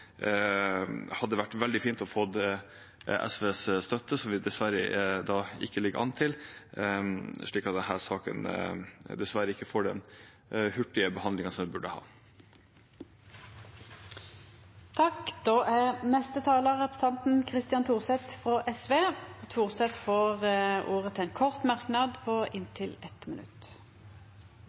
hadde det vært veldig fint å fått SVs støtte. Det ligger det dessverre ikke an til, slik at denne saken dessverre ikke får den hurtige behandlingen som den burde fått. Representanten Christian Torset har hatt ordet to gonger tidlegare og får ordet til ein kort merknad, avgrensa til 1 minutt.